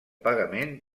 pagament